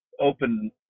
open